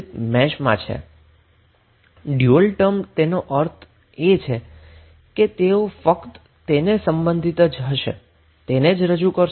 તેનો અર્થ એ છે કે ડયુઅલ ટર્મમાં તેઓ ફક્ત સંબંધિતને જ રજૂ કરશે